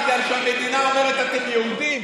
בגלל שהמדינה אומרת: אתם יהודים.